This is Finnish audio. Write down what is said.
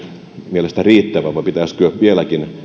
mielestä riittävä vai pitäisikö vieläkin